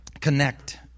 connect